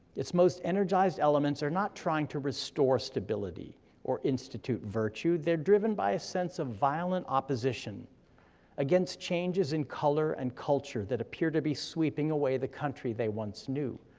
its most energized elements are not trying to restore stability or institute virtue, they're driven by a sense of violent opposition against changes in color and culture that appear to be sweeping away the country they once knew,